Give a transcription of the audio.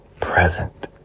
present